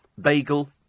bagel